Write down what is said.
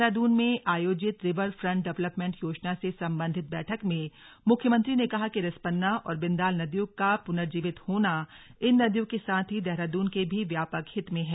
देहरादून में आयोजित river front development योजना से सम्बन्धित बैठक में मुख्यमंत्री ने कहा कि रिस्पना और बिन्दाल नदियों का पुनर्जीवित होना इन नदियों के साथ ही देहरादून के भी व्यापक हित में है